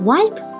Wipe